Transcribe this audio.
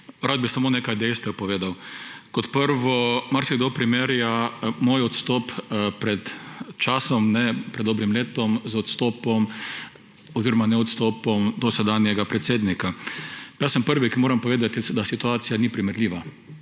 povedal samo nekaj dejstev. Kot prvo, marsikdo primerja moj odstop pred časom, pred dobrim letom, z odstopom oziroma neodstopom dosedanjega predsednika. Jaz sem prvi, ki moram povedati, da situacija ni primerljiva.